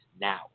now